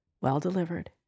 well-delivered